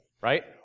Right